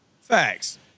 Facts